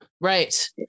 right